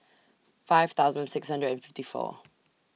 five thousand six hundred and fifty four